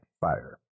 Fire